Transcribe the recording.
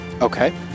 Okay